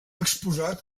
exposat